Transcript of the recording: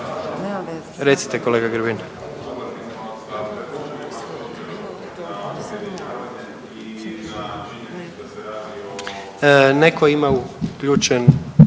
Recite kolega Grbin. Netko ima uključen,